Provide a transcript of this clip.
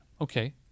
Okay